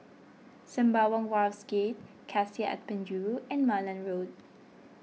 Sembawang Wharves Gate Cassia at Penjuru and Malan Road